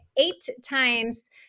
eight-times